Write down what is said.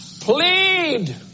plead